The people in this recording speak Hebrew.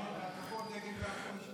איזה הדר יש בהתקפות נגד בית המשפט?